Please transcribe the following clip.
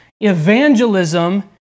Evangelism